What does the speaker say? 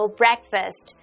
breakfast